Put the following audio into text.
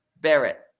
Barrett